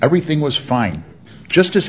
everything was fine just